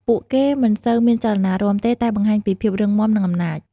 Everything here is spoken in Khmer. ពួកគេមិនសូវមានចលនារាំទេ តែបង្ហាញពីភាពរឹងមាំ និងអំណាច។